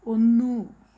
ഒന്ന്